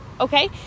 okay